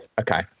Okay